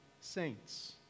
saints